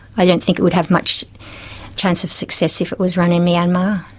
i don't think it would have much chance of success if it was run in myanmar.